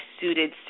suited